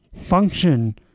function